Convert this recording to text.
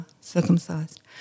circumcised